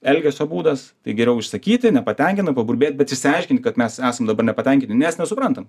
elgesio būdas tai geriau išsakyti nepatenkinta paburbėt bet išsiaiškint kad mes esam labai nepatenkinti nes nesuprantam